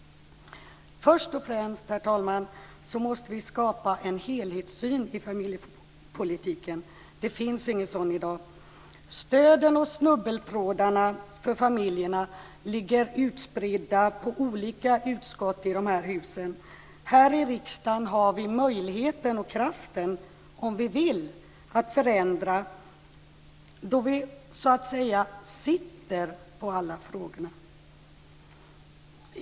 Först och främst, herr talman, måste vi skapa en helhetssyn i familjepolitiken. Det finns ingen sådan i dag. Stöden och snubbeltrådarna för familjerna ligger utspridda på olika utskott i de här husen. Här i riksdagen har vi möjligheten och kraften, om vi vill, att förändra då vi så att säga sitter på alla frågor.